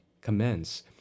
commence